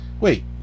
Wait